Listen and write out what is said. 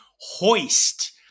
Hoist